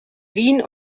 wien